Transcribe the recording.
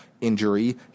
injury